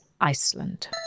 Iceland